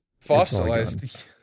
Fossilized